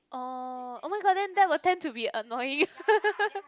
oh oh-my-god then that will tend to be annoying